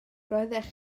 roeddech